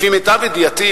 לפי מיטב ידיעתי,